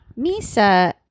Misa